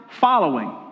following